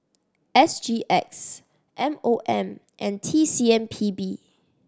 S G X M O M and T C M P B